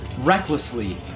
recklessly